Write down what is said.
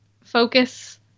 focus